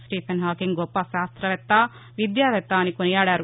Stephen Hawking గొప్ప శాస్త్రవేత్త విద్యావేత్త అని కొనియాడారు